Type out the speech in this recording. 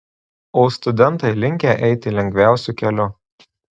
o studentai linkę eiti lengviausiu keliu